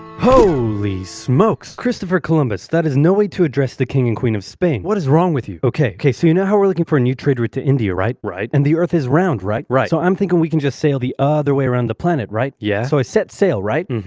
hooooooly smokes! christopher columbus! that is no way to address the king and queen of spain. what is wrong with you? ok. ok. so you know how we're looking for a new trade route to india, right? right and the earth is round, right? right. so i'm thinking we can just sail the ah oooother way around the planet, right? yeah? so i set sail, right? and